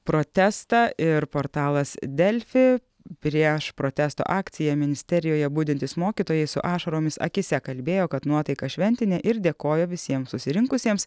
protestą ir portalas delfi prieš protesto akciją ministerijoje budintys mokytojai su ašaromis akyse kalbėjo kad nuotaika šventinė ir dėkojo visiems susirinkusiems